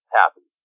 happy